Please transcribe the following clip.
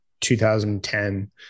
2010